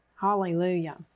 Hallelujah